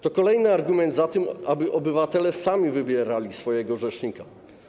To kolejny argument za tym, aby obywatele sami wybierali swojego rzecznika.